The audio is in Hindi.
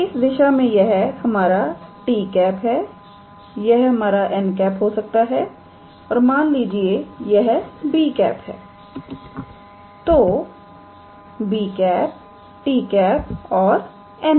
तो इस दिशा में यह हमारा 𝑡̂ है यह हमारा 𝑛̂ हो सकता है और मान लीजिए यह 𝑏̂ है तो 𝑏̂ 𝑡̂ और 𝑛̂